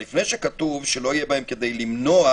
לפני שכתוב שלא יהיה בהם כדי למנוע,